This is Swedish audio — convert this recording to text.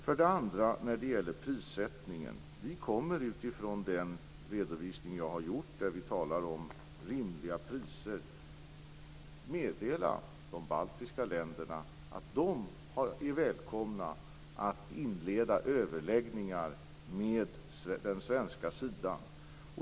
När det sedan gäller prissättningen kommer vi utifrån den redovisning jag har gjort, där vi talar om rimliga priser, att meddela de baltiska länderna att de är välkomna att inleda överläggningar med den svenska sidan.